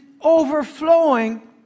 overflowing